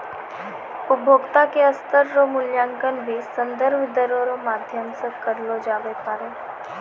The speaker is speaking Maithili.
उपभोक्ता के स्तर रो मूल्यांकन भी संदर्भ दरो रो माध्यम से करलो जाबै पारै